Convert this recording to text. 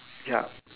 ya